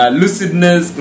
lucidness